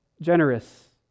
generous